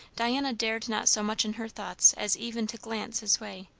diana dared not so much in her thoughts as even to glance his way.